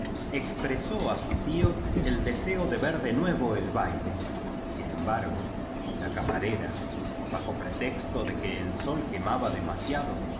expresó á su tío el deseo de ver de nuevo el baile sin embargo la camarera bajo pretexto de que el sol quemaba demasiado